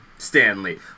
Stanley